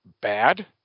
bad